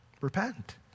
Repent